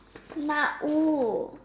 Na U